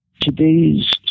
Today's